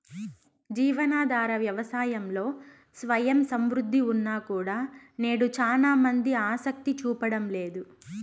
జీవనాధార వ్యవసాయంలో స్వయం సమృద్ధి ఉన్నా కూడా నేడు చానా మంది ఆసక్తి చూపడం లేదు